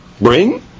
Bring